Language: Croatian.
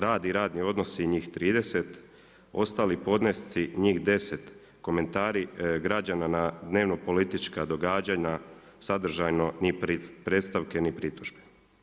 Rad i radni odnosi njih 30, ostali podnesci njih 10, komentari građana na dnevno politička događanja sadržajno ni predstavke ni pritužbe.